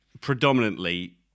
predominantly